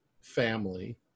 family